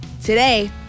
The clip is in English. today